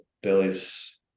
Billy's